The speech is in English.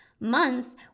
months